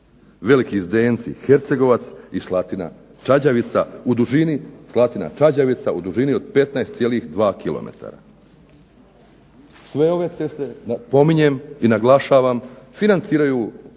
Veliki Zdenci – Hercegovac i Slatina – Čađavica u dužini od 15,2 km. Sve ove ceste, napominjem i naglašavam, financiraju